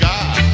God